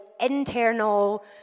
internal